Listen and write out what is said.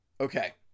okay